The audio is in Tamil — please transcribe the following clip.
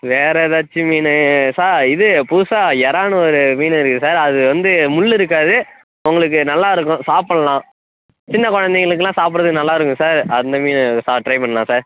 வேற எதாச்சும் மீன் சார் இது புதுசாக இறானு ஒரு மீன் இருக்குது சார் அது வந்து முள்ளு இருக்காது உங்களுக்கு நல்லாருக்கும் சாப்புடல்லாம் சின்ன குழந்தைங்களுக்குலாம் சாப்புடறதுக்கு நல்லா இருக்கும் சார் அந்த மீன் ச டிரை பண்ணலாம் சார்